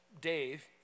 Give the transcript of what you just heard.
Dave